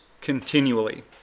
continually